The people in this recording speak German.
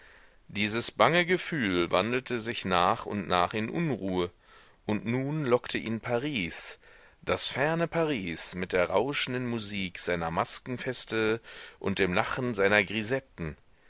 dieses bange gefühl wandelte sich nach und nach in unruhe und nun lockte ihn paris das ferne paris mit der rauschenden musik seiner maskenfeste und dem lachen seiner